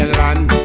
land